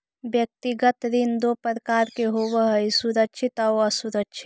व्यक्तिगत ऋण दो प्रकार के होवऽ हइ सुरक्षित आउ असुरक्षित